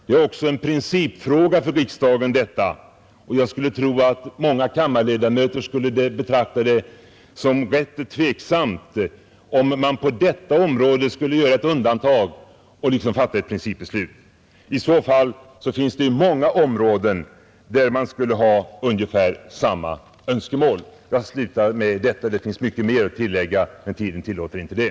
Detta är även en principfråga för riksdagen, och jag skulle tro att många kammarledamöter skulle betrakta det som tveksamt om man på detta område skulle göra ett undantag och liksom fatta ett principbeslut. I så fall finns det många områden där man skulle ha ungefär samma önskemål. Jag slutar med detta; det finns mycket mer att tillägga men tiden tillåter inte det.